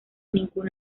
ningún